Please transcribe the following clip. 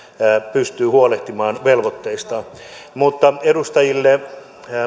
pystyy huolehtimaan velvoitteistaan mutta edustajille